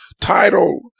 title